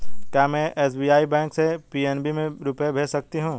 क्या में SBI bank से पी.एन.बी में रुपये भेज सकती हूँ?